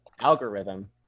algorithm